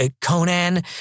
Conan